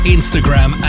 Instagram